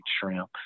shrimp